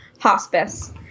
Hospice